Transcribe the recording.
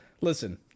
listen